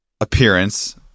appearance